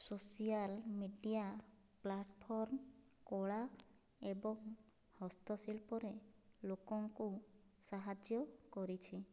social media platform କଳା ଏବଂ ହସ୍ତ ଶିଳ୍ପରେ ଲୋକଙ୍କୁ ସାହାଯ୍ୟ କରିଛି